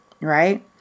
right